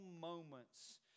moments